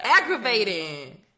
aggravating